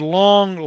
long